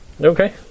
Okay